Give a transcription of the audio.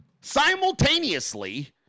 Simultaneously